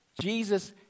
Jesus